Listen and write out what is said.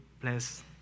bless